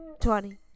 twenty